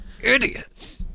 Idiot